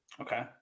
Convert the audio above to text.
Okay